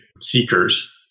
seekers